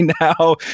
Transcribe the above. now